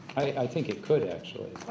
i think it could actually.